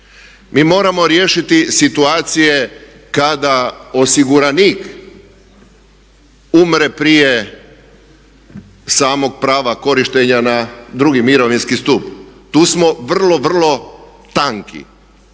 Mi moramo riješiti situacije kada osiguranik umre prije samog prava korištenja na drugi mirovinski stup. Tu smo vrlo, vrlo tanki.